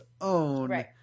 own